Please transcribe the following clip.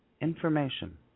Information